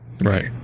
Right